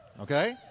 Okay